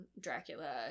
Dracula